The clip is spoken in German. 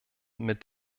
mit